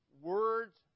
words